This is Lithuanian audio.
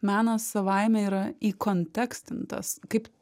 menas savaime yra įkontekstintas kaip